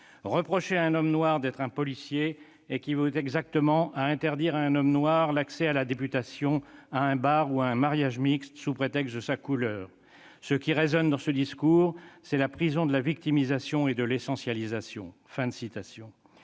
" Reprocher à un homme noir d'être un policier équivaut exactement à interdire à un homme noir l'accès à la députation, à un bar ou à un mariage mixte sous prétexte de sa couleur. [...] Ce qui résonne dans ce discours, c'est la prison de la victimisation et l'essentialisation. »